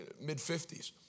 mid-50s